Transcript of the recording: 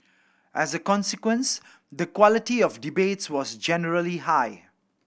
as a consequence the quality of debates was generally high